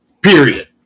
Period